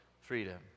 freedom